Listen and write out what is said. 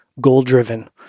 goal-driven